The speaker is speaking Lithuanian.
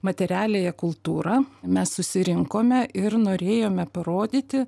materialiąją kultūrą mes susirinkome ir norėjome parodyti